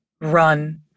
run